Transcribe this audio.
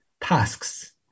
tasks